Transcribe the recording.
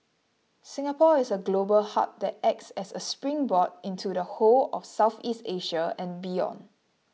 Singapore is a global hub that acts as a springboard into the whole of Southeast Asia and beyond